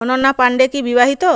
অনন্যা পাণ্ডে কি বিবাহিত